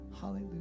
Hallelujah